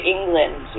England